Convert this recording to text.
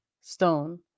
stone